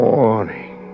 Morning